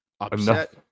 upset